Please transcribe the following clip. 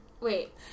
Wait